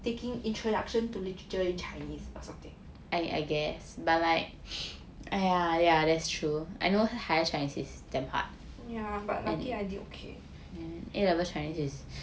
taking introduction to literature in chinese or something yeah lucky I did okay